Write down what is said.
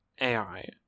AI